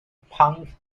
punk